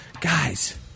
Guys